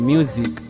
Music